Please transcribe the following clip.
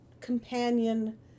companion